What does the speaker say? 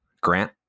Grant